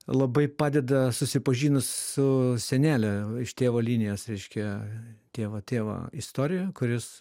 labai padeda susipažinus su senele iš tėvo linijos reiškia tėvo tėvo istorija kuris